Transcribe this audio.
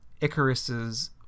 Icarus's